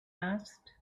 asked